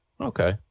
okay